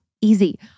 easy